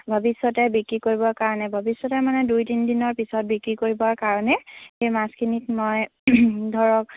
ভৱিষ্যতে বিক্ৰী কৰিবৰ কাৰণে ভৱিষ্যতে মানে দুই তিনিদিনৰ পিছত বিক্ৰী কৰিবৰ কাৰণে সেই মাছখিনিত মই ধৰক